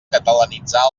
catalanitzar